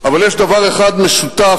אבל יש דבר אחד משותף